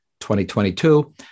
2022